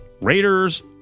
Raiders